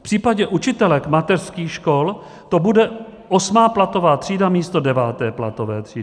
V případě učitelek mateřských škol to bude osmá platová třída místo deváté platové třídy.